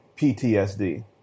PTSD